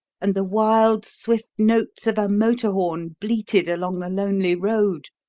and the wild, swift notes of a motor horn bleated along the lonely road.